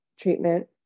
treatment